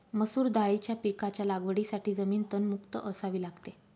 मसूर दाळीच्या पिकाच्या लागवडीसाठी जमीन तणमुक्त असावी लागते